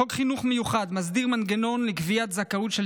חוק חינוך מיוחד מסדיר מנגנון לקביעת זכאות של